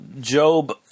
Job